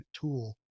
tool